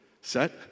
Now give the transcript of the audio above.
Set